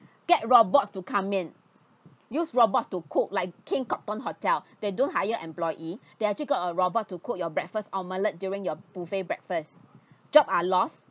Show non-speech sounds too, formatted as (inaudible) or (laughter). get robots to come in use robots to cook like king copthorne hotel (breath) they don't hire employee (breath) they actually got a robot to cook your breakfast omelette during your buffet breakfast (breath) job are lost